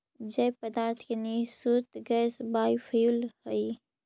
जैव पदार्थ के निःसृत गैस बायोफ्यूल हई